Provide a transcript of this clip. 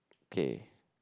okay